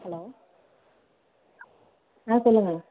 hello ஆ சொல்லுங்கள்